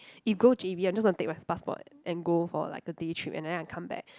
if go J_B I just want to take my passport and go for like a day trip and then I come back